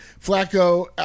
Flacco